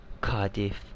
Cardiff